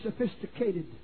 sophisticated